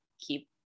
keep